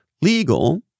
legal